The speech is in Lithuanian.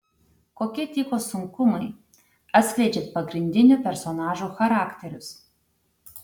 kokie tyko sunkumai atskleidžiant pagrindinių personažų charakterius